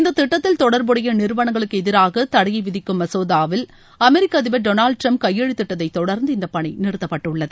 இந்தத் திட்டத்தில் தொடர்புடைய நிறுவனங்களுக்கு எதிராக தடையை விதிக்கும் மசோதாவில் அமெரிக்க அதிபர் டொளால்டு டிரம்ப் கையெழுத்திட்டதை தொடர்ந்து இந்தப் பணி நிறுத்தப்பட்டுள்ளது